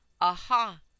aha